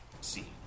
see